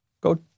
Go